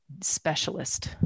specialist